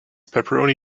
pepperoni